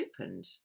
opened